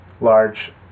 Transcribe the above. large